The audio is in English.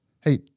hey